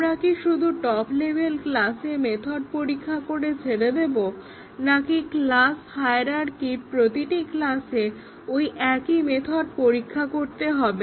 আমরা কি শুধু টপ্ লেভেল ক্লাসে মেথড পরীক্ষা করে ছেড়ে দেব না ক্লাস হায়ারার্কির প্রতিটি ক্লাসে ঐ একই মেথড পরীক্ষা করতে হবে